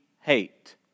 hate